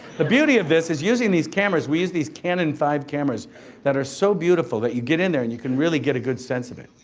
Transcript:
the beauty of this is using these cameras, we use these canon five cameras that are so beautiful that you get in there and you can really get a good sense of it.